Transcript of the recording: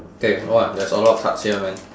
K !wah! there's a lot of cards here man